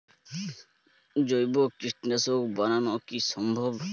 জৈব কীটনাশক বানানো কি সম্ভব?